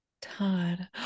Todd